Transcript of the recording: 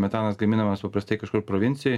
metanas gaminamas paprastai kažkur provincijoj